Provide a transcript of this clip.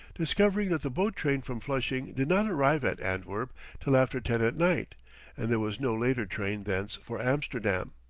discovering that the boat-train from flushing did not arrive at antwerp till after ten at night and there was no later train thence for amsterdam.